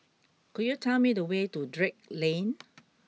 could you tell me the way to Drake Lane